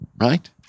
Right